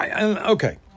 Okay